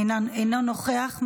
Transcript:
אינו נוכח,